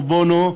פרו-בונו,